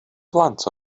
blant